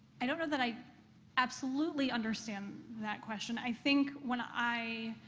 i don't know that i absolutely understand that question. i think when i